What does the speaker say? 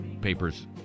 papers